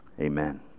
amen